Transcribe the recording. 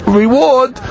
reward